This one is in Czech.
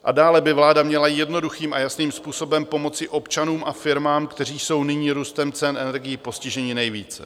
A dále by vláda měla jednoduchým a jasným způsobem pomoci občanům a firmám, kteří jsou nyní růstem cen energií postiženi nejvíce.